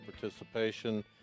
participation